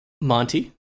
Monty